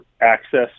access